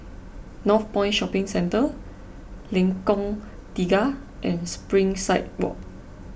Northpoint Shopping Centre Lengkong Tiga and Springside Walk